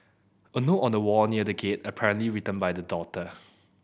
a note on a wall near the gate apparently written by the daughter